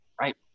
right